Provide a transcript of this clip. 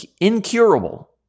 incurable